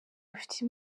rufite